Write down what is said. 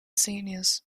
seniors